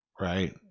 right